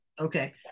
Okay